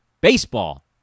Baseball